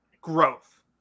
growth